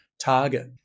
target